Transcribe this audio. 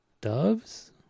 doves